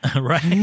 Right